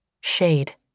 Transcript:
shade